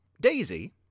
Daisy